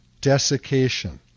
desiccation